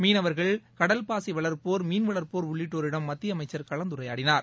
மீனவர்கள் கடல்பாசி வளர்ப்போர் மீன் வள்ப்போர் உள்ளிட்டோரிடம் மத்திய அமைச்சர் கலந்துரையாடினார்